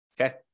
okay